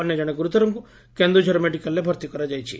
ଅନ୍ୟ ଜଣେ ଗୁରୁତରଙ୍ଙୁ କେନ୍ଦୁଝର ମେଡିକାଲରେ ଭର୍ତ୍ତି କରାଯାଇଛି